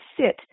sit